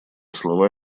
слова